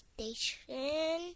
Station